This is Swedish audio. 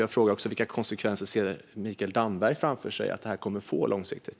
Jag frågar också: Vilka konsekvenser ser Mikael Damberg framför sig att det här kommer att få långsiktigt?